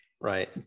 Right